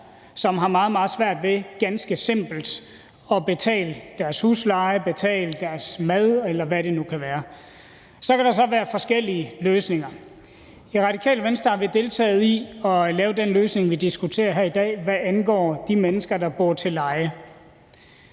ved ganske simpelt at betale deres husleje, betale for deres mad, eller hvad det nu kan være. Så kan der være forskellige løsninger på det. I Radikale Venstre har vi deltaget i at lave den løsning, vi diskuterer her i dag, hvad angår de mennesker, der bor til leje.